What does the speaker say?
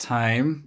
time